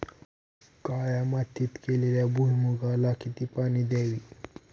काळ्या मातीत केलेल्या भुईमूगाला किती पाणी द्यावे?